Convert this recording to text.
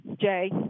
Jay